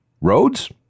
Roads